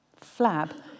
flab